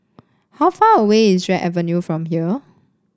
how far away is Drake Avenue from here